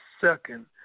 second